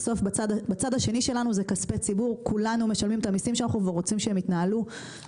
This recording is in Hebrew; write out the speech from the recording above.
כולנו משלמים את המיסים שלנו ורוצים שהם יתנהלו בצורה מסודרת ושיטתית,